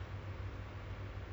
how many siblings you have